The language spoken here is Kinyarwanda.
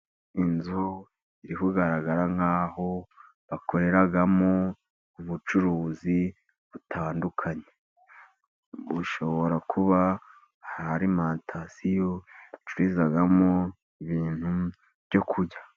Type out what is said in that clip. Inzu iri kugaragara nk'aho bakoreramo ubucuruzi butandukanye. Bushobora kuba ari alimantasiyo icururizwamo ibintu byo kurya.